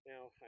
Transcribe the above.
Now